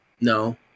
No